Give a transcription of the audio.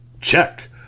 Check